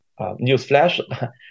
newsflash